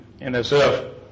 NSF